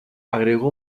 agregó